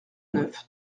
neuf